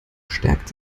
stärkt